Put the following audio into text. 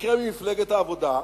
במקרה ממפלגת העבודה שניכם,